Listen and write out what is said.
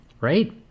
Right